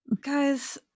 guys